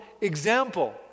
example